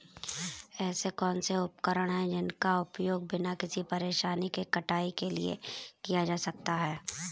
ऐसे कौनसे उपकरण हैं जिनका उपयोग बिना किसी परेशानी के कटाई के लिए किया जा सकता है?